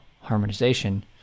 harmonization